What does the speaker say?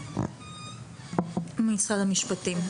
משרד המשפטים.